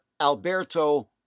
Alberto